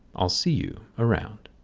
i'll see you around.